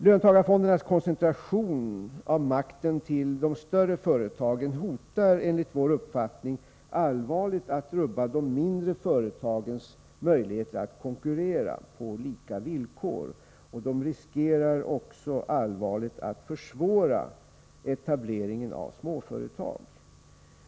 Löntagarfondernas koncentration av makten till de större företagen hotar, enligt vår åsikt, allvarligt att rubba de mindre företagens möjligheter att konkurrera på lika villkor. Etableringen av småföretag riskerar att allvarligt försvåras.